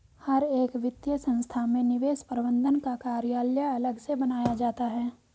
हर एक वित्तीय संस्था में निवेश प्रबन्धन का कार्यालय अलग से बनाया जाता है